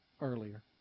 earlier